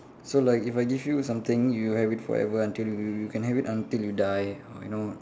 so like if I give you something you have it forever until you you can have it until you die or you know